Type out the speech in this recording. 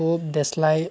धुब देस्लाइ